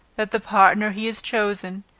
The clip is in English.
that the partner he has chosen,